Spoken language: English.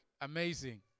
amazing